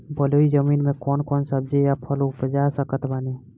बलुई जमीन मे कौन कौन सब्जी या फल उपजा सकत बानी?